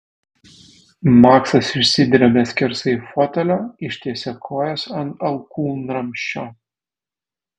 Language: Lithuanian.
maksas išsidrebia skersai fotelio ištiesia kojas ant alkūnramsčio